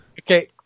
Okay